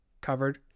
covered